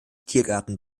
tiergarten